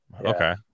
Okay